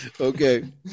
Okay